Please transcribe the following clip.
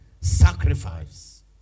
Sacrifice